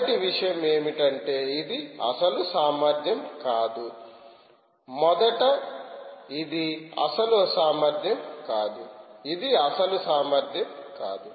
మొదటి విషయం ఏమిటంటే ఇది అసలు సామర్థ్యం కాదు మొదట ఇది అసలు సామర్థ్యం కాదు ఇది అసలు సామర్థ్యం కాదు